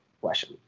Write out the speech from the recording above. question